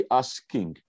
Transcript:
asking